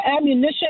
ammunition